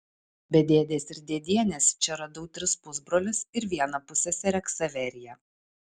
be dėdės ir dėdienės čia radau tris pusbrolius ir vieną pusseserę ksaveriją